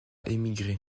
émigrer